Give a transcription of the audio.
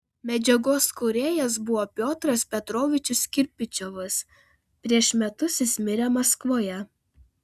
medžiagos kūrėjas buvo piotras petrovičius kirpičiovas prieš metus jis mirė maskvoje